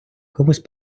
комусь